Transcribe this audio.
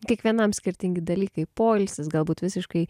kiekvienam skirtingi dalykai poilsis galbūt visiškai